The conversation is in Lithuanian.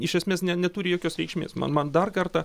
iš esmės ne neturi jokios reikšmės man man dar kartą